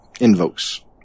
Invokes